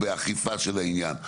באכיפה של העניין.